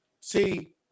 See